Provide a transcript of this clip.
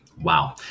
Wow